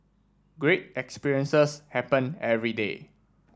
great experiences happen every day